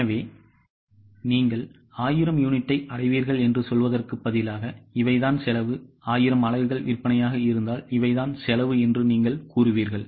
எனவே நீங்கள் 1000 யூனிட்டை அடைவீர்கள் என்று சொல்வதற்கு பதிலாக இவைதான் செலவு 1000 அலகுகள் விற்பனையாக இருந்தால் இவைதான் செலவு என்று நீங்கள் கூறுவீர்கள்